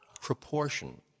proportion